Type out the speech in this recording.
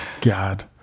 God